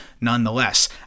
nonetheless